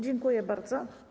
Dziękuję bardzo.